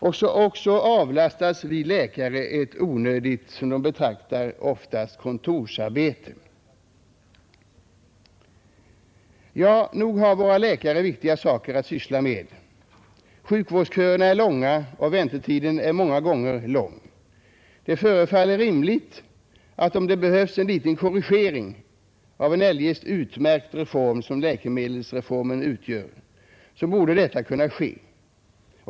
Och så avlastas vi läkare ett som vi betraktar det onödigt kontorsarbete. Ja, nog har våra läkare viktigare saker att syssla med. Sjukvårdsköerna är långa och väntetiden är många gånger lång. Det förefaller rimligt att om det behövs en liten korrigering av en eljest så utmärkt reform som läkemedelsreformen utgör, borde detta kunna ske.